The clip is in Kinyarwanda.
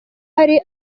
hari